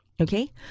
Okay